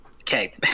okay